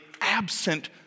absent